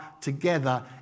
together